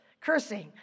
cursing